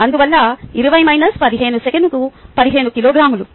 అందువల్ల 20 మైనస్ 15 సెకనుకు 15 కిలోగ్రాములు